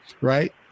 right